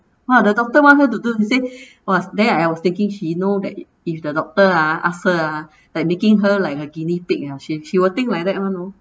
!wah! doctor want her to do he say I was there I was taking she know that if the doctor ah like making her like a guinea pig you know she she would think like that [one] lor